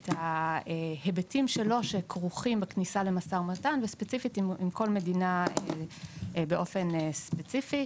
את ההיבטים שלו שקשורים לכניסה למשא ומתן עם כל מדינה באופן ספציפי.